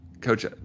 Coach